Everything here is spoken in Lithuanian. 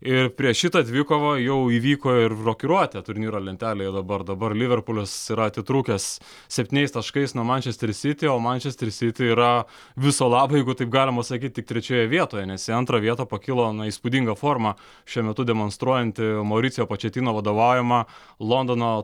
ir prieš šitą dvikovą jau įvyko ir rokiruotė turnyro lentelėje dabar dabar liverpulis yra atitrūkęs septyniais taškais nuo mančester siti o mančester siti yra viso labo jeigu taip galima sakyt tik trečioje vietoje nes į antrą vietą pakilo įspūdingą formą šiuo metu demonstruojanti mauricijo pačetino vadovaujama londono